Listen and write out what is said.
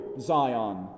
Zion